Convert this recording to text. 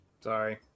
Sorry